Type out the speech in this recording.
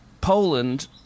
Poland